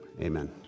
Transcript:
Amen